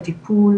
לטיפול,